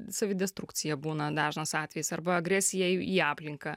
savidestrukcija būna dažnas atvejis arba agresija į į aplinką